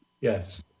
Yes